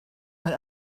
mae